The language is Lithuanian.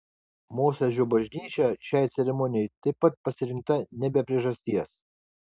mosėdžio bažnyčia šiai ceremonijai taip pat pasirinkta ne be priežasties